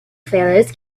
fellows